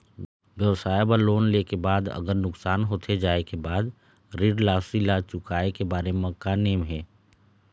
व्यवसाय बर लोन ले के बाद अगर नुकसान होथे जाय के बाद ऋण राशि ला चुकाए के बारे म का नेम हे?